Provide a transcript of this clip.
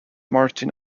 martin